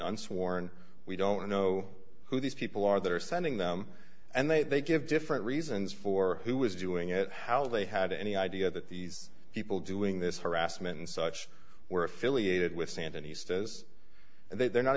unsworn we don't know who these people are that are sending them and they give different reasons for who was doing it how they had any idea that these people doing this harassment and such were affiliated with sandinistas and they're not